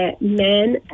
Men